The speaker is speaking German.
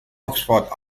oxford